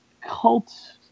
cult